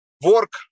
work